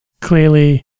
clearly